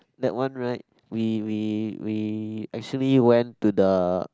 that one right we we we actually went to the